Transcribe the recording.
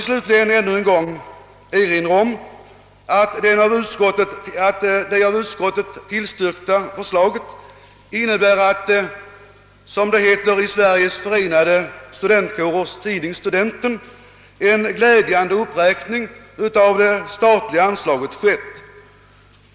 Slutligen vill jag än en gång erinra om att det av utskottet tillstyrkta förslaget innebär att, som det heter i Sveriges förenade studentkårers tidning Studenten, »en glädjande uppräkning av det statliga anslaget skett».